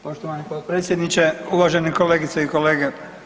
Poštovani potpredsjedniče, uvažene kolegice i kolege.